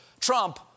Trump